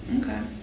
Okay